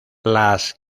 las